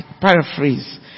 paraphrase